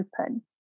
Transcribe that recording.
open